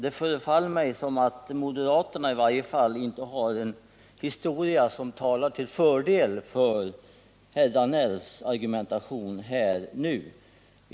Det förefaller mig som om moderaterna i stället har en historia som inte talar till fördel för herr Danells argumentering här.